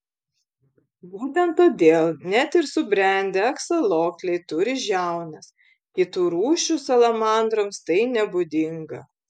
būtent todėl net ir subrendę aksolotliai turi žiaunas kitų rūšių salamandroms tai nebūdinga